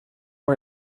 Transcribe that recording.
who